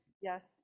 Yes